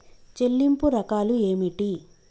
చెల్లింపు రకాలు ఏమిటి?